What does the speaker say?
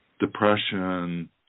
depression